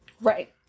Right